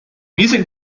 music